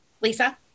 Lisa